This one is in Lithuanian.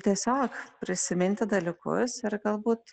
tiesiog prisiminti dalykus ir galbūt